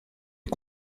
est